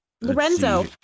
Lorenzo